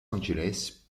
angeles